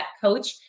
coach